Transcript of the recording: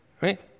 right